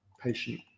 patient